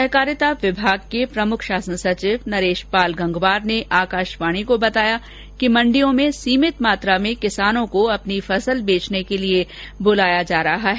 सहकारिता विभाग के प्रमुख शासन सचिव नरेश पाल गंगवार ने आकाशवाणी को बताया कि मंडियों में सीमित मात्रा में किसानों को अपनी फसल बेचने के लिए बुलाया जा रहा है